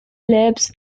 lips